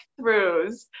breakthroughs